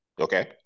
Okay